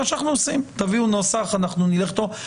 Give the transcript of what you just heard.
תביאו נוסח, נלך איתו.